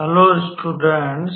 hello students